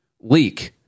leak